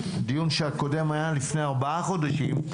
דיון שהקודם היה לפני ארבעה חודשים,